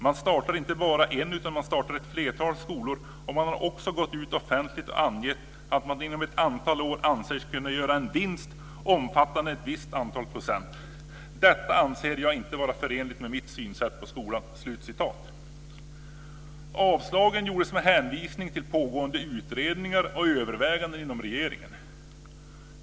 Man startar inte bara en utan man startar ett flertal skolor, och man har också gått ut offentligt och angett att man inom ett antal år anser sig kunna göra en vinst omfattande ett visst antal procent. Det anser jag inte vara förenligt med mitt synsätt på skolan." Avslagen gjordes med hänvisning till pågående utredningar och överväganden inom regeringen.